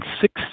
six